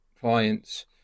clients